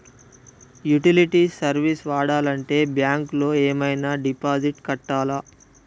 Utility service వాడాలంటే bank లో ఏమైనా డిపాజిట్ కట్టాలా?